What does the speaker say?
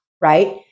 right